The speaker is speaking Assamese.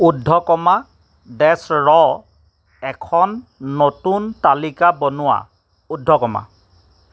উদ্ধকমা ডেচ ৰ এখন নতুন তালিকা বনোৱা উদ্ধকমা